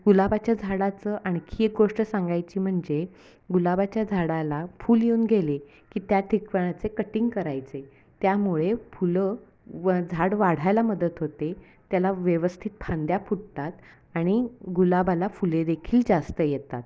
गुलाबाच्या झाडाचं आणखी एक गोष्ट सांगायची म्हणजे गुलाबाच्या झाडाला फूल येऊन गेले की त्या ठिकाणाचे कटिंग करायचे त्यामुळे फुलं व झाड वाढायला मदत होते त्याला व्यवस्थित फांद्या फुटतात आणि गुलाबाला फुले देखील जास्त येतात